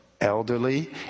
elderly